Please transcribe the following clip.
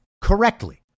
correctly